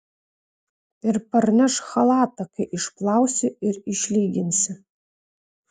ir parnešk chalatą kai išplausi ir išlyginsi